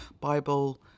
Bible